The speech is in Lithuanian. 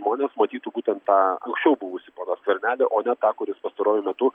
žmonės matytų būtent tą anksčiau buvusį poną skvernelį o ne tą kuris pastaruoju metu